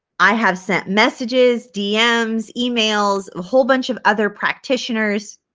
i have sent messages, dm's, emails, a whole bunch of other practitioners,